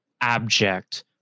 abject